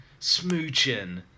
smooching